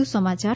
વધુ સમાચાર